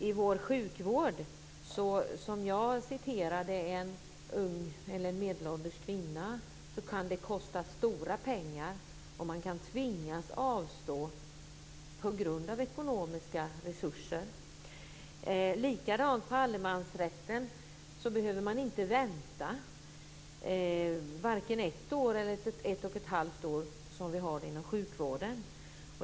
I vår sjukvård kan det - jag har tidigare citerat en medelålders kvinna - kosta stora pengar och man kan tvingas avstå på grund av de ekonomiska resurserna. Vad gäller allemansrätten behöver man inte vänta, vare sig ett år eller ett och ett halvt år - som vi ju har det inom sjukvården.